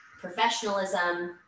professionalism